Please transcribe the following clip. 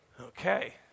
Okay